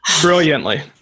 brilliantly